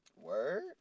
Word